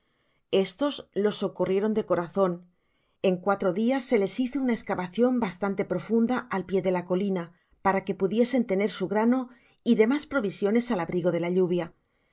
estos los socorrieron de corazon en cuatro dias se les hizo una escavacion bastante profunda al pie de la colina para que pudiesen tener su grano y demas provisiones al abrigo de la lluvia